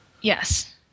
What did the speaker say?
Yes